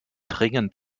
dringend